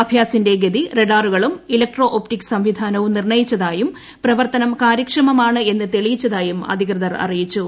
അഭ്യാസിന്റെ ഗതി ഹഡാറുകളും electro optic സംവിധാനവും നിർണ്ണയിച്ചതായും പ്രവർത്തനം കാര്യക്ഷമമാണ് എന്ന് തെളിയിച്ചതായും അധികൃതർ അറിയിച്ചു